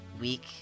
week